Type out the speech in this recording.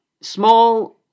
Small